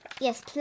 Yes